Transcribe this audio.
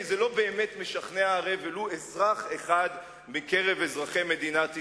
כי הרי זה לא באמת משכנע ולו אזרח אחד מקרב אזרחי מדינת ישראל.